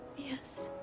yes.